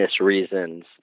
reasons